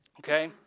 Okay